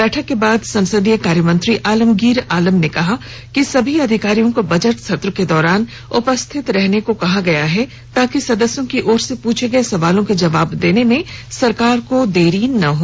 बैठक के बाद संसदीय कार्यमंत्री आमलगीर आलम ने कहा कि सभी अधिकारियों को बजट सत्र के दौरान उपस्थित रहने को कहा गया है ताकि सदस्यों की तरफ से पूछे गये सवालों के जवाब देने में सरकार को देरी न हो